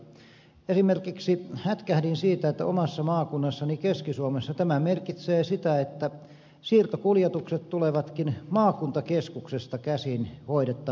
hätkähdin esimerkiksi sitä että omassa maakunnassani keski suomessa tämä merkitsee sitä että siirtokuljetukset tulevatkin maakuntakeskuksesta käsin hoidettaviksi